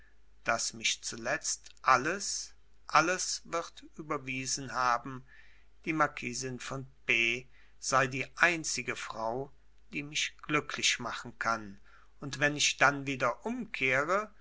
daß mich zuletzt alles alles wird überwiesen haben die marquisin von p sei die einzige frau die mich glücklich machen kann und wenn ich dann wieder umkehre